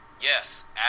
Yes